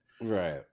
Right